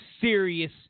serious